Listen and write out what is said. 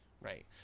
right